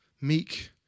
meek